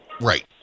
Right